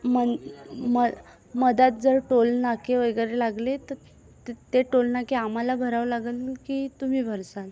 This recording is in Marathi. म्हण म मध्यात जर टोलनाके वगैरे लागले तर ते टोलनाके आम्हाला भरावं लागन की तुम्ही भरसान